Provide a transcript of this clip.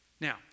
Now